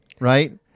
right